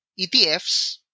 ETFs